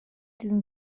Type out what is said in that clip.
diesem